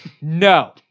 no